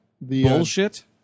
Bullshit